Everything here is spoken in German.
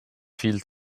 viel